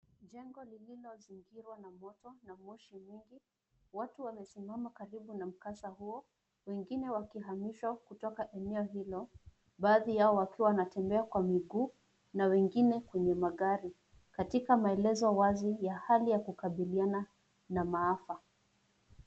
Jengo lililo zingirwa na moto na moshi nyingi. Watu wamesimama karibu na mkasa huo wengine wakihamshwa kutoka eneo hilo baadhi yao wakiwa wana tembea kwa miguu na wengine kwenye magari katika maelezo wazi ya hali ya kukabiliana na maafa.